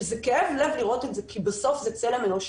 שזה כאב לב לראות את זה כי בסוף זה צלם אנוש,